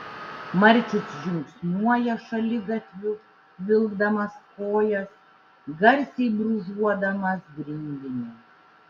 marčius žingsniuoja šaligatviu vilkdamas kojas garsiai brūžuodamas grindinį